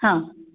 हां